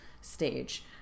stage